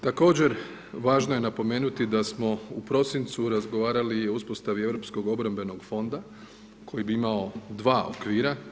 Također važno je napomenuti da smo u prosincu razgovarali i o uspostavi Europskog obrambenog fonda koji bi imao dva okvira.